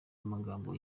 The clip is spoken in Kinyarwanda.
amagambo